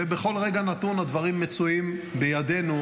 ובכל רגע נתון הדברים מצויים בידינו,